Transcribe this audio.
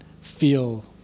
feel